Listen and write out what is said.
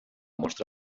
mostra